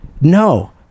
no